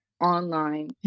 online